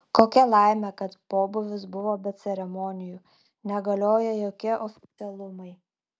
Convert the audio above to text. kokia laimė kad pobūvis buvo be ceremonijų negalioja jokie oficialumai